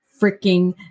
freaking